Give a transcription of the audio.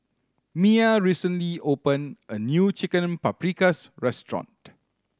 Mya recently open a new Chicken Paprikas Restaurant